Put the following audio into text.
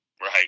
Right